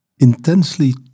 Intensely